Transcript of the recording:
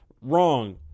Wrong